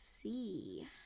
see